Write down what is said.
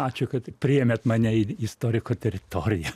ačiū kad priėmėt mane į istoriko teritoriją